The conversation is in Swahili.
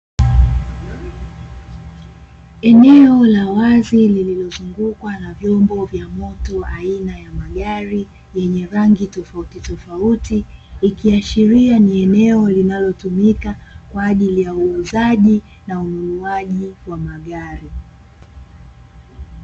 Eneo la wazi lililozungukwa na vyombo vya moto aina ya magari, yenye rangi tofautitofauti, ikiashiria ni eneo linalotumika kwa ajili ya uuzaji na ununuaji wa magari.